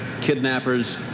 kidnappers